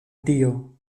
tio